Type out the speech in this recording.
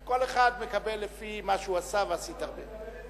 כל אחד מקבל לפי מה שהוא עשה, ועשית הרבה.